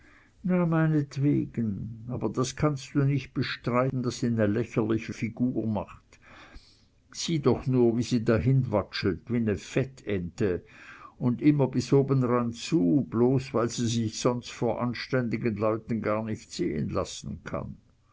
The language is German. meinetwegen aber das kannst du nicht bestreiten daß sie ne lächerliche figur macht sieh doch nur wie sie dahinwatschelt wie ne fettente und immer bis oben ran zu bloß weil sie sich sonst vor anständigen leuten gar nicht sehen lassen kann